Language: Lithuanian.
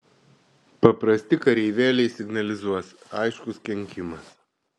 paprasti kareivėliai signalizuos aiškus kenkimas